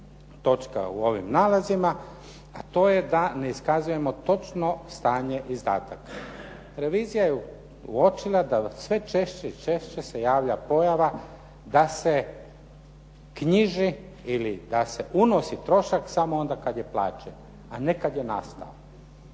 točka u ovim nalazima, a to je da ne iskazujemo točno stanje izdataka. Revizija je uočila da sve češće i češće se javlja pojava da se knjiži ili da se unosi trošak samo onda kad je plaćen, a ne kad je nastao.